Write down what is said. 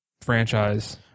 franchise